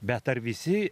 bet ar visi